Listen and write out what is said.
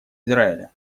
израиля